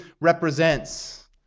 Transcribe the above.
represents